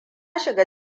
shiga